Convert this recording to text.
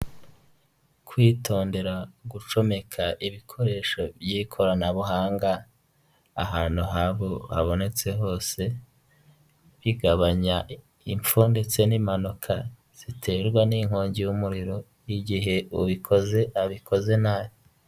Umuhanda w'igitaka urimo imodoka ebyiri imwe y'umukara n'indi yenda gusa umweru, tukabonamo inzu ku ruhande yarwo yubakishije amabuye kandi ifite amababi y'umutuku ni'gipangu cy'umukara.